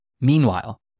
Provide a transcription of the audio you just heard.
Meanwhile